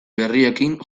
berriekin